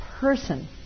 person